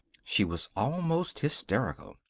she was almost hysterical.